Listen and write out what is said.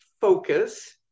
focus